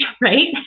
right